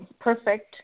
perfect